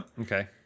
Okay